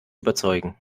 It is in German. überzeugen